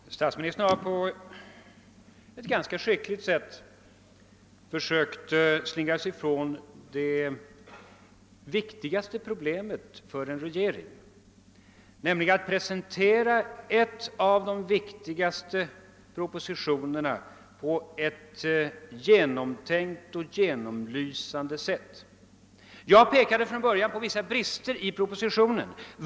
Herr talman! Statsministern har på ett ganska skickligt sätt försökt slingra sig ifrån det viktigaste problemet för en regering, nämligen att presentera en av de betydelsefullaste propositionerna på ett genomtänkt och belysande sätt. Jag pekade från början på vissa bris ter i propositionen.